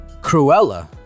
Cruella